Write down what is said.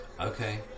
okay